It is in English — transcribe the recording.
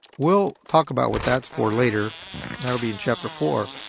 we'll talk about what that's for later. that will be in chapter four.